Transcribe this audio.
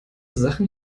sachen